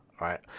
right